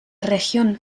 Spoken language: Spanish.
región